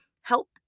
help